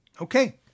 Okay